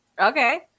okay